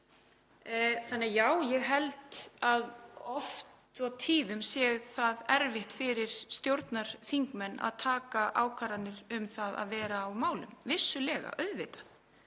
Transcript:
líka. Já, ég held að oft og tíðum sé það erfitt fyrir stjórnarþingmenn að taka ákvarðanir um að vera á málum, vissulega, auðvitað,